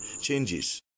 changes